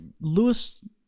Lewis